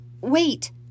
Wait